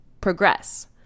progress